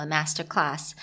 Masterclass